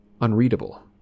unreadable